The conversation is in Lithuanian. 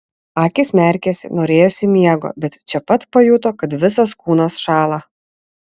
akys merkėsi norėjosi miego bet čia pat pajuto kad visas kūnas šąla